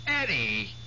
Eddie